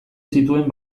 zituen